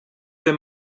der